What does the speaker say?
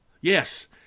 Yes